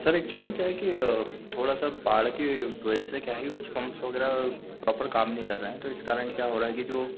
sir actual में क्या है कई थोड़ा सा बाढ़ के वजह से क्या है की कुछ पम्पस वगैरह प्रोपर काम नहीं कर रहे हैं तो इस कारण क्या हो रहा कि जो